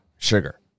Sugar